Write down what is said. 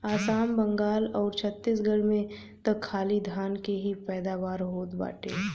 आसाम, बंगाल आउर छतीसगढ़ में त खाली धान के ही पैदावार होत बाटे